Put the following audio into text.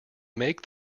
make